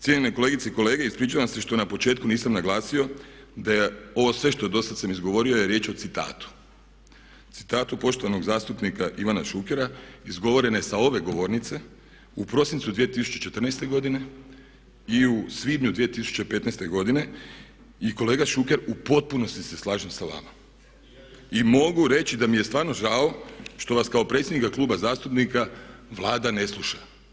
Cjenjeni kolegice i kolege, ispričava se što na početku nisam naglasio da je ovo sve što sam dosad sam izgovorio je riječ o citatu, citatu poštovanog zastupnika Ivana Šukera izgovorene sa ove govornice u prosincu 2014. godine i u svibnju 2015. godine i kolega Šuker u potpunosti se slažem sa vama i mogu reći da mi je stvarno žao što vas kao predsjednika Kluba zastupnika Vlada ne sluša.